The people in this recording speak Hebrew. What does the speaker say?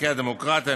ערכי הדמוקרטיה,